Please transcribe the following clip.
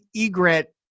egret